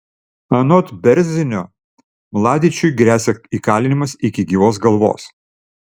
anot bėrzinio mladičiui gresia įkalinimas iki gyvos galvos